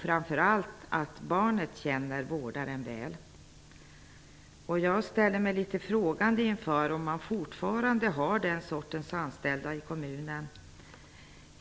Framför allt skall barnet känna vårdaren väl. Jag ställer mig litet frågande inför om den sortens anställda fortfarande finns i kommunerna.